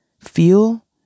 Feel